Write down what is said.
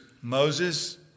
...Moses